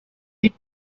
deep